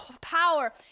power